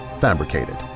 fabricated